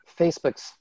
Facebook's